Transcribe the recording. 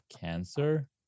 cancer